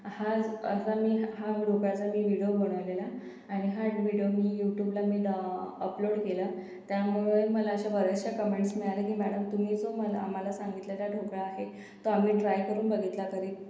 हाच असा मी हा ढोकळ्याचा मी व्हिडिओ बनवलेला आणि हा व्हिडिओ मी यूटुबला मी डा अपलोड केला त्यामुळं मला अशा बऱ्याचशा कंमेंट्स मिळाल्या की मॅडम तुम्ही जो मला आम्हाला सांगितलेला ढोकळा आहे तो आम्ही ट्राय करून बघितला घरी